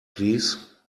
please